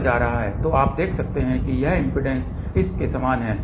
तो आप देख सकते हैं कि यह इम्पीडेन्स इस के समान है